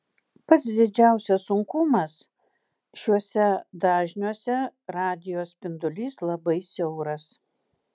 pats didžiausias sunkumas šiuose dažniuose radijo spindulys labai siauras